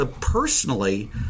personally